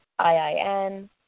IIN